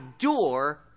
door